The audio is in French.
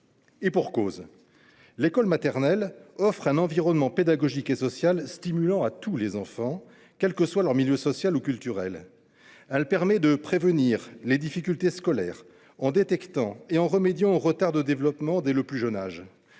Et pour cause : l’école maternelle offre un environnement pédagogique et social stimulant à tous les enfants, quel que soit leur milieu social ou culturel ; elle permet de prévenir les difficultés scolaires en détectant les retards de développement dès le plus jeune âge